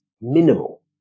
minimal